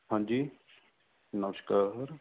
ਹਾਂਜੀ ਨਮਸਕਾਰ